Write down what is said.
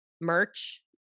merch